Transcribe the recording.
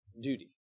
duty